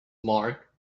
mark